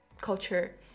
culture